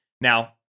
Now